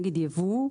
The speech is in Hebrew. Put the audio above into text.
נגיד ייבוא,